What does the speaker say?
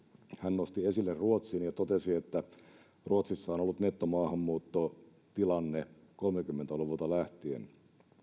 hän nosti esille ruotsin ja totesi että ruotsissa on ollut nettomaahanmuuttotilanne kolmekymmentä luvulta lähtien